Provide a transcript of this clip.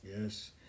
Yes